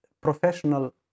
professional